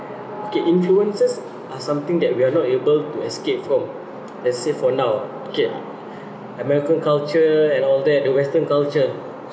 okay influences are something that we are not able to escape from let's say for now okay american culture and all that the western culture